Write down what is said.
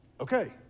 okay